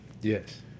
Yes